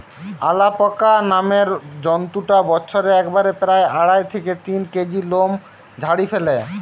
alpaca নামের জন্তুটা বছরে একবারে প্রায় আড়াই থেকে তিন কেজি লোম ঝাড়ি ফ্যালে